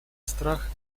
страх